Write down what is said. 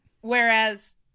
Whereas